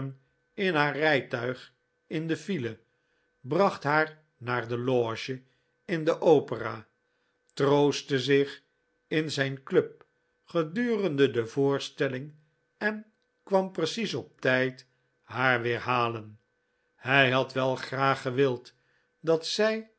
in haar rijtuig in de file bracht haar naar de loge in de opera troostte zich in zijn club gedurende de voorstelling en kwam precies op tijd haar weer halen hij had wel graag gewild dat zij